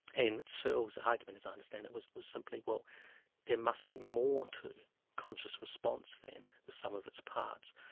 and searle's argument as i understand it was was simply, well there must be more to conscious response than the sum of its parts,